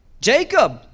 Jacob